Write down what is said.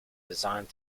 designed